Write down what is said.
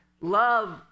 Love